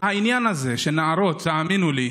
והעניין הזה של נערות, תאמינו לי,